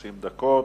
30 דקות.